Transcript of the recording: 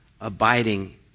abiding